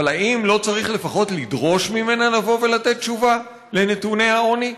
אבל האם לא צריך לפחות לדרוש ממנה לבוא ולתת תשובה על נתוני העוני?